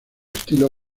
estilo